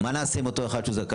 מה נעשה עם אותו אחד שזכאי?